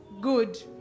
good